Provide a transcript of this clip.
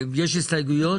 יש הסתייגויות?